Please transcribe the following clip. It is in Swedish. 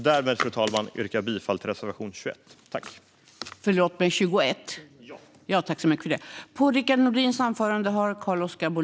Därmed, fru talman, yrkar jag bifall till reservation 40 under punkt 21.